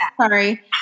sorry